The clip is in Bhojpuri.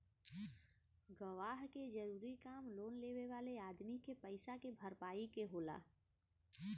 गवाह के जरूरी काम लोन लेवे वाले अदमी के पईसा के भरपाई के होला